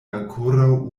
ankoraŭ